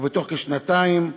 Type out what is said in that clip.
ובתוך כשנתיים,